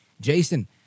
Jason